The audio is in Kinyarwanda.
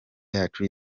yacu